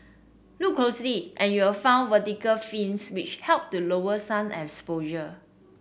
look closely and you'll find vertical fins which help to lower sun exposure